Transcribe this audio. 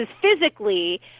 physically